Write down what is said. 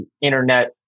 internet